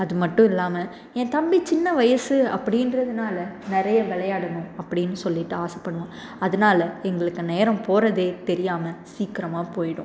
அது மட்டுயில்லாமல் என் தம்பி சின்ன வயசு அப்படின்றதுனால நிறைய விளையாடனும் அப்படின்னு சொல்லிட்டு ஆசைப்படுவான் அதனால் எங்களுக்கு நேரம் போகிறதே தெரியாமல் சீக்கிரமா போய்டும்